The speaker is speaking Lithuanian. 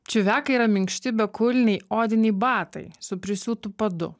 čiuvekai yra minkšti bekulniai odiniai batai su prisiūtu padu